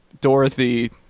Dorothy